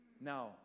Now